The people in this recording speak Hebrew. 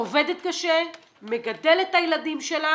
עובדת קשה ומגדלת את הילדים שלה